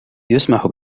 يسمح